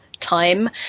time